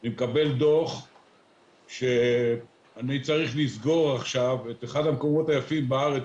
אני מקבל דוח שאני צריך לסגור עכשיו את אחד המקומות היפים בארץ,